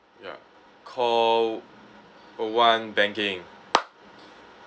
ya call one banking